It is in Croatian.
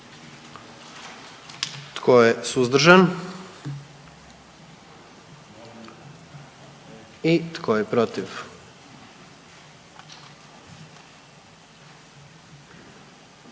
Tko je suzdržan? I tko je protiv?